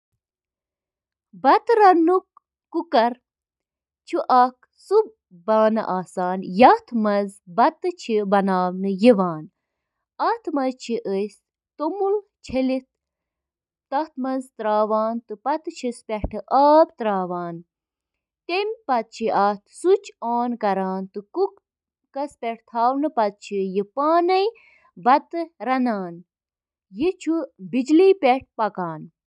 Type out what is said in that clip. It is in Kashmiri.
واشنگ مِشیٖن چھِ واشر کہِ ناوٕ سۭتۍ تہِ زاننہٕ یِوان سۄ مِشیٖن یۄس گنٛدٕ پَلو چھِ واتناوان۔ اَتھ منٛز چھِ اکھ بیرل یَتھ منٛز پلو چھِ تھاونہٕ یِوان۔